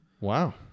Wow